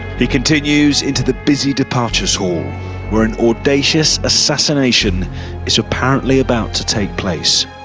he continues into the busy departures hall where an audacious assassination is apparently about to take place.